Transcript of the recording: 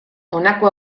honako